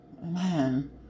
Man